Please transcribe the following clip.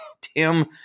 Tim